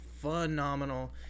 phenomenal